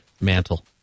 Mantle